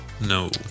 No